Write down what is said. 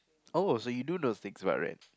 oh so do you those things about rent